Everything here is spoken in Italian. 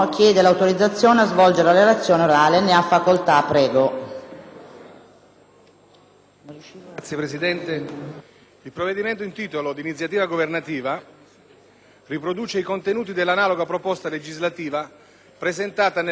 legge n. 1073** Il provvedimento in titolo, d'iniziativa governativa, riproduce i contenuti dell'analoga proposta legislativa presentata nella XV legislatura e non esaminata per l'intervenuto scioglimento delle Camere.